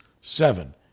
seven